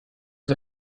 uns